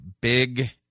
big